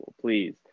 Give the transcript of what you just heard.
please